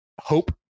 hope